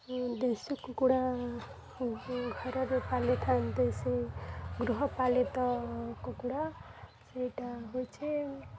ଦେଶୀ କୁକୁଡ଼ା ଘରର ପାଳିଥାନ୍ତି ସେ ଗୃହପାଳିତ କୁକୁଡ଼ା ସେଇଟା ହେଉଛି